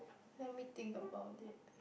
let me think about it